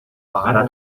pagará